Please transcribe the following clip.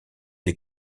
des